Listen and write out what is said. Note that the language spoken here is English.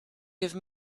give